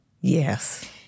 Yes